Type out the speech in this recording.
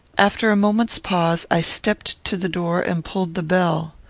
after a moment's pause, i stepped to the door, and pulled the bell.